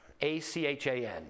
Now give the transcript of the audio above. A-C-H-A-N